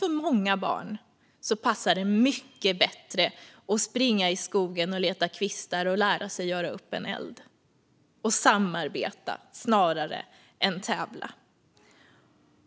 För många barn passar det mycket bättre att springa i skogen och leta kvistar och lära sig att göra upp en eld och att samarbeta snarare än att tävla.